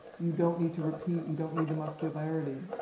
you don't need to repeat. you don't need the muscularity.